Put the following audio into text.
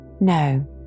No